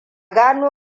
gano